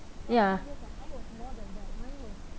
ya